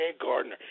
Gardner